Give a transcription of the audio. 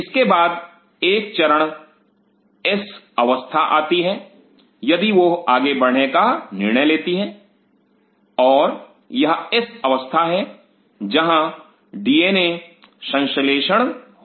इसके बाद एक चरण एस अवस्था आती है यदि वह आगे बढ़ने का निर्णय लेती हैं और यह एस अवस्था है जहां डीएनए संश्लेषण होता है